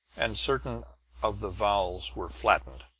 and certain of the vowels were flatted.